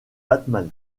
batman